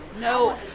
no